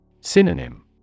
Synonym